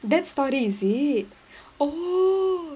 that story is it oh